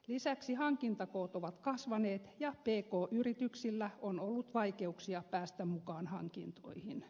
lisäksi hankintakoot ovat kasvaneet ja pk yrityksillä on ollut vaikeuksia päästä mukaan hankintoihin